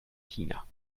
china